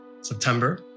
September